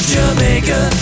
Jamaica